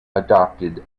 adopted